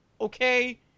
okay